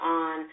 on